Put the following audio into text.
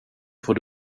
får